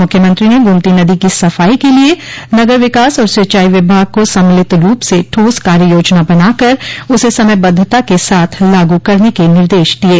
मुख्यमंत्री ने गोमती नदी की सफाई के लिए नगर विकास और सिंचाई विभाग को सम्मिलित रूप से ठोस कार्ययोजना बनाकर उसे समय बद्धता के साथ लागू करने के निर्देश दिये